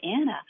Anna